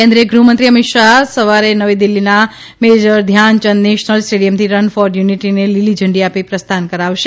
કેન્દ્રીય ગૃહમંત્રી અમિત શાહ સવારે નવી દિલ્હીના મેજર ધ્યાનચંદ નેશનલ સ્ટેડીયમથી રન ફોર યુનિટીને લીલી ઝંડી આપી પ્રસ્થાન કરાશે